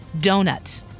Donut